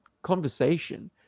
conversation